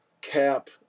cap